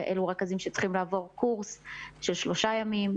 אלו רכזים שצריכים לעבור קורס של שלושה ימים.